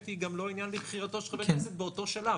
גם לא עניין לבחירתו של חבר כנסת באותו שלב.